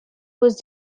was